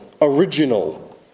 original